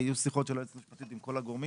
היו שיחות של היועצת המשפטית עם כל הגורמים.